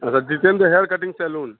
Raddichand hair cutting salon